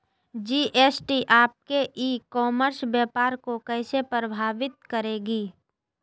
GST आपके e commerce व्यापार को कैसे प्रभावित करेगी?